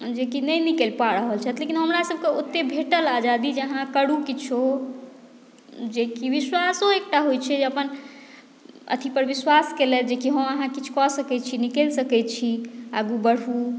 जेकि नहि निकलि पाबि रहल छथि लेकिन हमरासभकेँ ओतेक भेटल आजादी जे अहाँ करू किछो जेकि विश्वासो एकटा होइत छै अपन अथीपर विश्वास केलथि जेकि हँ अहाँ किछु कऽ सकैत छी निकलि सकैत छी आगू बढ़ू